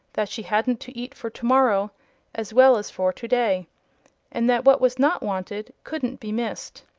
that she hadn't to eat for tomorrow as well as for to-day and that what was not wanted couldn't be missed.